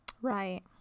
right